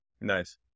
Nice